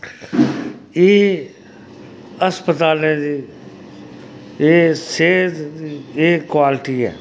एह् अस्पतालें दे एह् सेह्त एह् क्वालटी ऐ